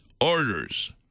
orders